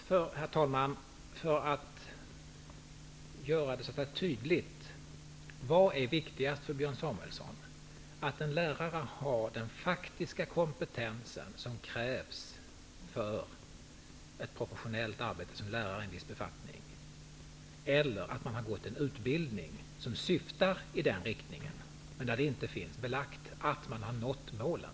Herr talman! För att göra det tydligt: Vad är viktigast för Björn Samuelson, att en lärare har den faktiska kompetens som krävs för ett professionellt arbete som lärare eller att man har gått en utbildning som syftar i den riktningen, men det finns inga belägg för att man har nått målet?